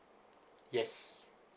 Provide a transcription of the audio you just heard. yes